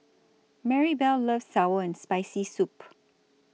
Marybelle loves Sour and Spicy Soup